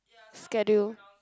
schedule